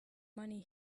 money